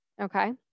okay